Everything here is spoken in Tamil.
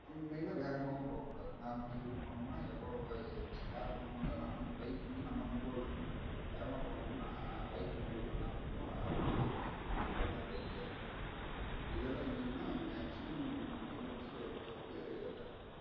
மெயினாக வேகமாகவும் போகக்கூடாது நார்மல் ஸ்பீடில் போனோம்னால் எவ்வளோவு யார் குறுக்க வந்தாலும் நம்ம வந்து பைக்கை வந்து நம்ம கண்ட்ரோல்ல இருக்கணும் வேகமாக போனோமுன்னா பைக் கண்ட்ரோல்ல தான் நாம் இருப்போம் நான் நம்ம சொல்கிற மாதிரி பைக் கேட்காது இதெல்லாம் செஞ்சோம்னால் மேக்ஸிமம் தொண்ணூறு பர்சன்ட் விபத்தை வந்து தவிர்க்கலாம்